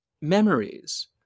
memories